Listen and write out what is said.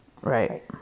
Right